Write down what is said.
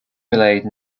relayed